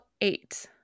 eight